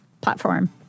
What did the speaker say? platform